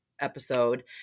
episode